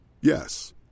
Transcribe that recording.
Yes